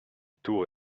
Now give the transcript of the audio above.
tour